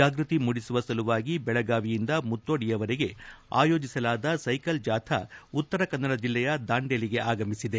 ಜಾಗೃತಿ ಮೂಡಿಸುವ ಸಲುವಾಗಿ ದೆಳಗಾವಿಯಿಂದ ಮುತ್ತೋಡಿಯವರೆಗೆ ಆಯೋಜಿಸಲಾದ ಸೈಕಲ್ ಜಾಥ ಉತ್ತರಕನ್ನಡ ಜಿಲ್ಲೆಯ ದಾಂಡೇಲಿಗೆ ಆಗಮಿಸಿದೆ